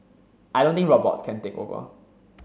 I don't think robots can take over